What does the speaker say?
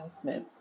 Smith